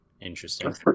Interesting